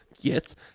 Yes